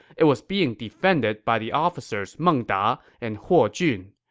it was being defended by the officers meng da and huo jun.